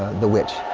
the witch.